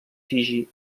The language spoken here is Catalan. fiji